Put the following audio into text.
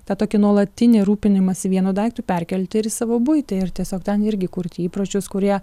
tą tokį nuolatinį rūpinimąsi vienu daiktu perkelti ir į savo buitį ir tiesiog ten irgi kurti įpročius kurie